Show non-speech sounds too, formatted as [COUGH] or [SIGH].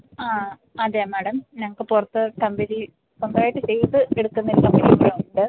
ആ അതെ മാഡം ഞങ്ങൾക്ക് പുറത്ത് കമ്പനി സ്വന്തമായിട്ട് ചെയ്ത് കൊടുക്കുന്നുണ്ട് [UNINTELLIGIBLE]